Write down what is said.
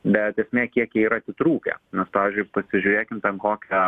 bet esmė kiek jie yra atitrūkę nes pavyzdžiui pasižiūrėkim ten kokią